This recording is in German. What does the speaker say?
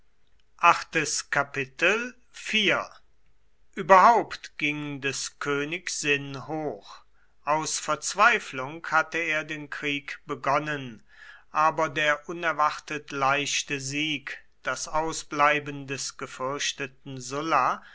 überhaupt ging des königs sinn hoch aus verzweiflung hatte er den krieg begonnen aber der unerwartet leichte sieg das ausbleiben des gefürchteten sulla